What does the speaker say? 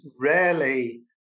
Rarely